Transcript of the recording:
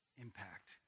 impact